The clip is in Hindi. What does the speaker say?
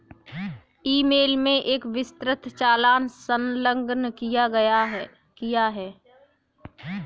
ई मेल में एक विस्तृत चालान संलग्न किया है